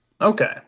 Okay